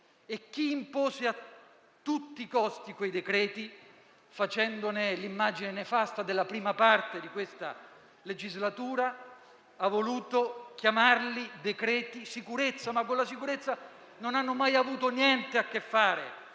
Chi impose a tutti i costi quei decreti-legge, facendone l'immagine nefasta della prima parte di questa legislatura, ha voluto chiamarli "decreti sicurezza", ma con la sicurezza non hanno mai avuto niente a che fare;